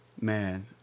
Man